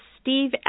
Steve